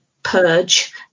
purge